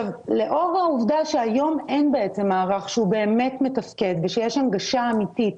לאור העובדה שהיום אין בעצם מערך שהוא באמת מתפקד ושיש הנגשה אמיתית,